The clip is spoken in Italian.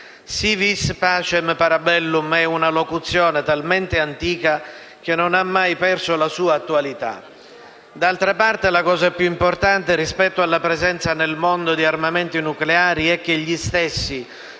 *si vis pacem, para bellum* è talmente antica che non ha mai perso la sua attualità. D'altra parte, la cosa più importante rispetto alla presenza nel mondo di armamenti nucleari è che essi,